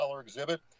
exhibit